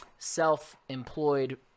self-employed